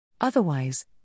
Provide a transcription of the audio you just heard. Otherwise